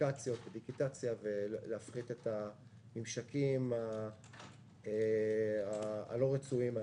אפליקציות ודיגיטציה ולהפחית את הממשקים הלא רצויים האלה.